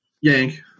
Yank